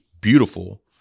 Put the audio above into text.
beautiful